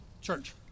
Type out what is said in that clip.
Church